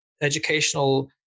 educational